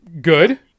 Good